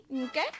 okay